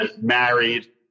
married